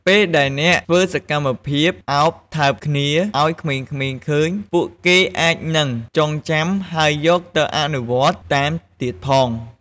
ពេលដែលអ្នកធ្វើសកម្មភាពអោបថើបគ្នាឲ្យក្មេងៗឃើញ ពួកគេអាចនឹងចងចាំហើយយកទៅអនុវត្តន៍តាមទៀតផង។